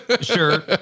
Sure